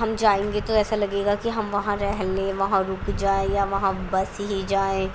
ہم جائیں گے تو ایسا لگے گا کہ ہم وہاں رہ لیں وہاں رک جائیں یا وہاں بس ہی جائیں